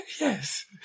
Yes